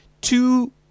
two